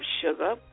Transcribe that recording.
sugar